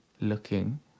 looking